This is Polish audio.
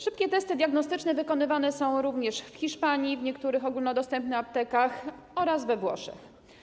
Szybkie testy diagnostyczne wykonywane są również w Hiszpanii w niektórych ogólnodostępnych aptekach oraz we Włoszech.